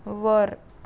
वर